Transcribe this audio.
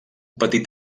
petit